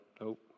Nope